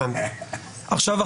עכשיו,